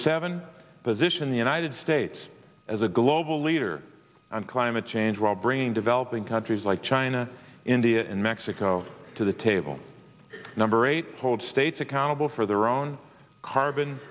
seven position the united states as a global leader on climate change while bringing developing countries like china india and mexico to the table number eight hold states accountable for their own carbon